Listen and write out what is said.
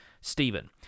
Stephen